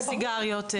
סיגריות.